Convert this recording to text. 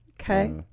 Okay